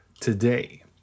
today